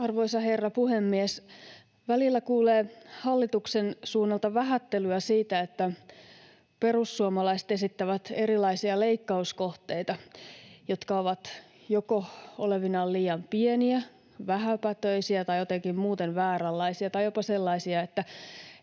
Arvoisa herra puhemies! Välillä kuulee hallituksen suunnalta vähättelyä siitä, että perussuomalaiset esittävät erilaisia leikkauskohteita, jotka ovat olevinaan joko liian pieniä, vähäpätöisiä tai jotenkin muuten vääränlaisia tai jopa sellaisia,